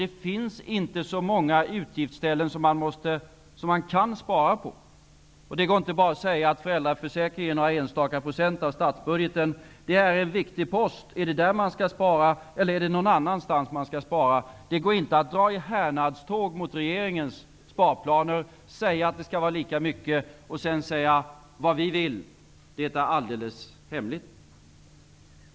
Det finns inte så många utgiftsställen som man kan spara på. Det går inte bara att säga att föräldraförsäkringen ger några enstaka procent av statsbudgeten. Det är en viktig post. Är det där man skall spara eller är det någon annanstans? Det går inte att dra i härnadståg mot regeringens sparplaner, säga att det skall vara lika mycket och sedan säga: Vad vi vill är alldeles hemligt.